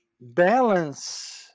balance